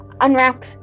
unwrap